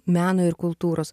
meno ir kultūros